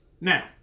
Now